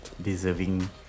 deserving